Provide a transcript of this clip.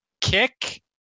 kick